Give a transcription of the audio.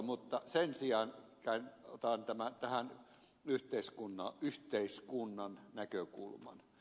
mutta sen sijaan otan tähän yhteiskunnan näkökulman